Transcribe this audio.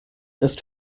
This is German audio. ist